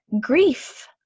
Grief